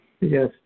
Yes